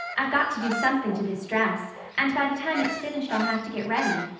i've got to do something to this dress, and by the time it's finished i'll have to get ready.